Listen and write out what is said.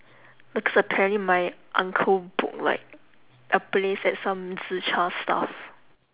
because apparently my uncle booked like a place at some zi char stuff